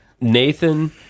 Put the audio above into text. nathan